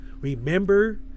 remember